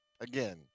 Again